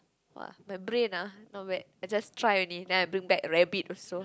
!wah! my brain ah not bad I just try only then I bring back rabbit also